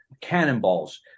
cannonballs